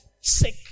sick